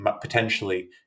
potentially